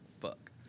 fuck